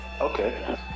Okay